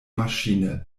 maschine